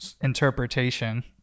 interpretation